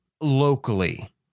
locally